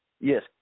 Yes